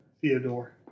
theodore